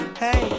hey